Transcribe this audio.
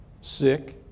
sick